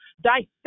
Dissect